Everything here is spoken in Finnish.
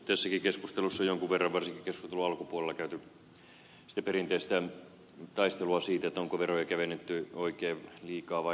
tässäkin keskustelussa jonkin verran varsinkin keskustelun alkupuolella on käyty sitä perinteistä taistelua siitä onko veroja kevennetty oikein liikaa vai liian vähän